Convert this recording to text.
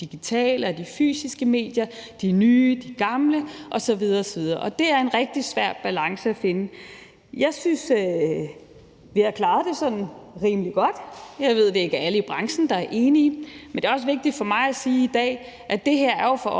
de digitale og de fysiske medier, de nye, de gamle osv. osv., og det er en rigtig svær balance at finde. Jeg synes, vi har klaret det rimelig godt. Jeg ved, at det ikke er alle i branchen, der er enige, men det er også vigtigt for mig at sige i dag, at det her jo for